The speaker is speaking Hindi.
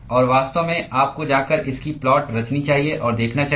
और वास्तव में आपको जाकर इसकी प्लाट रचनी चाहिए और देखना चाहिए